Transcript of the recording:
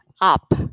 up